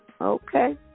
okay